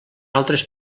altres